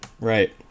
right